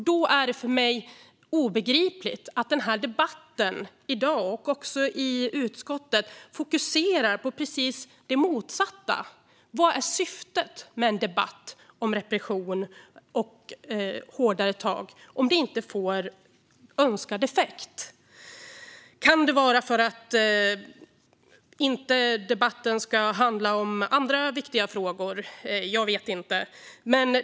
Då är det för mig obegripligt att debatten i dag och i utskottet fokuserar på precis det motsatta. Vad är syftet med en debatt om repression och hårdare tag om det inte får önskad effekt? Kan det vara för att debatten inte ska handla om andra viktiga frågor - vad vet jag?